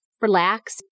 relax